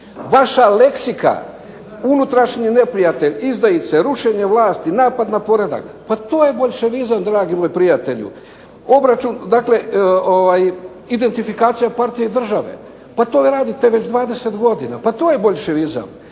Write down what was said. Vaša leksika, unutrašnji neprijatelj, izdajice, rušenje vlasti, napad na poredak pa to je boljševizam dragi moj prijatelju. Obračun, identifikacija partije države. Pa vi to radite već 20 godina, pa to je boljševizam.